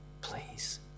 please